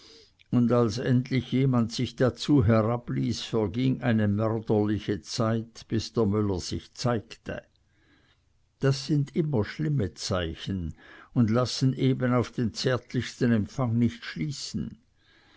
und als endlich jemand sich dazu herabließ verging eine mörderliche zeit bis der müller sich zeigte das sind immer schlimme zeichen und lassen eben auf den zärtlichsten empfang nicht schließen